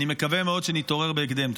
אני מקווה מאוד שנתעורר בהקדם.